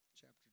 chapter